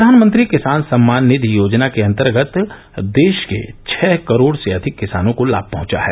प्रधानमंत्री किसान सम्मान निधि योजना के अंतर्गत देश के छ करोड़ से अधिक किसानों को लाभ पहुंचा है